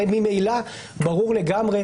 הרי ממילא ברור לגמרי